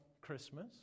Christmas